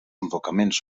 enfocaments